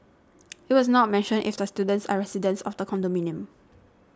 it was not mentioned if the students are residents of the condominium